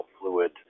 fluid